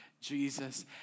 Jesus